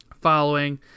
following